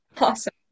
Awesome